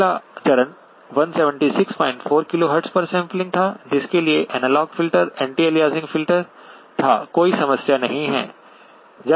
पहला चरण 1764 KHz पर सैंपलिंग था जिसके लिए एनालॉग फ़िल्टर एंटी अलियासिंग था कोई समस्या नहीं है